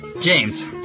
James